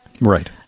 Right